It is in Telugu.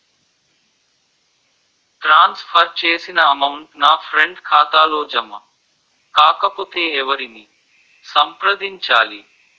ట్రాన్స్ ఫర్ చేసిన అమౌంట్ నా ఫ్రెండ్ ఖాతాలో జమ కాకపొతే ఎవరిని సంప్రదించాలి?